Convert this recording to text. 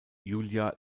julia